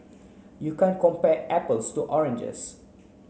you can't compare apples to oranges